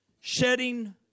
shedding